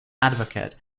advocate